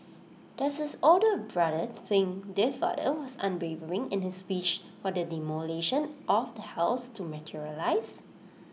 does his older brother think their father was unwavering in his wish for the demolition of the house to materialise